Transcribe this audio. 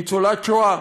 ניצולת שואה.